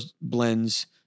blends